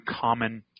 common